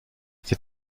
c’est